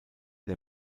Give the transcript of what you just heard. der